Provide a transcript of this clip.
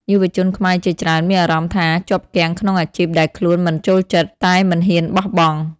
យុវជនខ្មែរជាច្រើនមានអារម្មណ៍ថាជាប់គាំងក្នុងអាជីពដែលខ្លួនមិនចូលចិត្ត តែមិនហ៊ានបោះបង់។